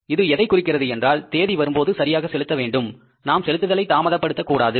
இது எதைக் குறிக்கின்றது என்றால் தேதி வரும் போது சரியாக செலுத்த வேண்டும் நாம் செலுத்துதலை தாமதப்படுத்தக்கூடாது